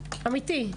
אמיתי,